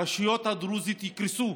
הרשויות הדרוזיות יקרסו,